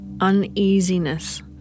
uneasiness